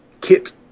kit